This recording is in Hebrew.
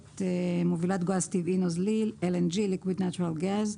מובילת גז טבעי נוזלי (LNG, Liquid natural gas).